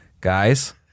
Guys